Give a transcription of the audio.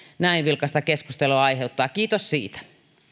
näin vilkasta keskustelua aiheuttaa kiitos siitä